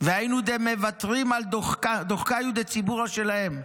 והיינו דמוותרים על דוחקייהו דציבורא שלהם".